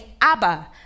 Abba